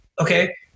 Okay